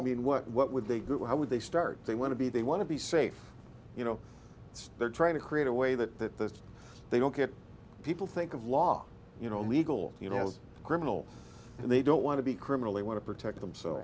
i mean what what would they google how would they start they want to be they want to be safe you know they're trying to create a way that they don't get people think of law you know legal you know as criminal and they don't want to be criminally want to protect them